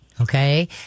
okay